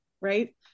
right